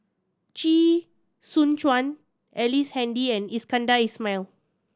Chee Soon Juan Ellice Handy and Iskandar Ismail